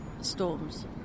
storms